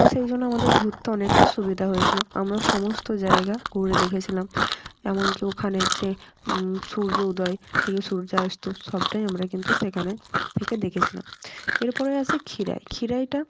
তো সেই জন্য আমাদের ঘুরতে অনেকটা সুবিধা হয়েছিলো আমরা সমস্ত জায়গা ঘুরে দেখেছিলাম এমনকি ওখানের যে সূর্য উদয় থেকে সূর্যাস্ত সবটাই আমরা কিন্তু সেখানে থেকে দেখেছিলাম এরপরে আসি ক্ষীরাই ক্ষীরাইটা